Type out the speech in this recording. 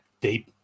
deep